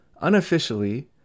Unofficially